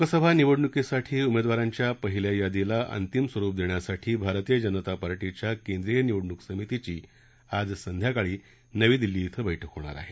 लोकसभा निवडणुकीसाठी उमेदवारांच्या पहिल्या यादीला अंतिम स्वरूप देण्यासाठी भारतीय जनता पार्टीच्या केंद्रीय निवडणूक समितिची आज संध्याकाळी नवी दिल्लीत बैठक होणार आहे